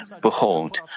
Behold